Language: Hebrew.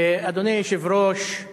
אדוני היושב-ראש,